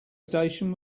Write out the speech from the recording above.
station